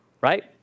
Right